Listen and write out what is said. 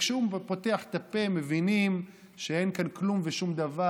וכשהוא פותח את הפה מבינים שאין כאן כלום ושום דבר,